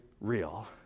real